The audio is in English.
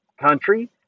country